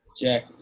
Jack